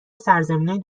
سرزمینای